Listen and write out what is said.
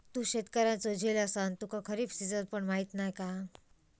तू शेतकऱ्याचो झील असान तुका खरीप सिजन पण माहीत नाय हा